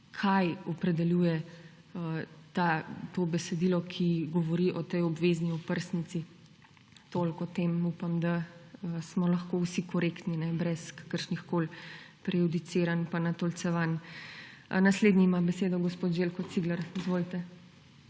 kaj opredeljuje to besedilo, ki govori o tej obvezni oprsnici. Toliko o tem. Upam, da smo lahko vsi korektni brez kakršnihkoli prejudiciranj in natolcevanj. Naslednji ima besedo gospod Željko Cigler. Izvolite.